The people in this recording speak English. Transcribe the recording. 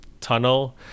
tunnel